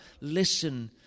Listen